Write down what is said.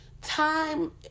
time